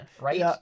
right